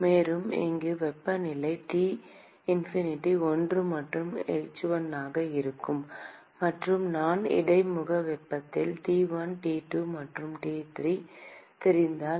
மேலும் இங்கு வெப்பநிலை T infinity 1 மற்றும் h1 ஆகும் மற்றும் நான் இடைமுக வெப்பநிலை T1 T2 மற்றும் T 3 தெரிந்தால்